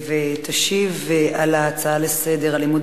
תשיב על ההצעות לסדר-היום בנושא "אלימות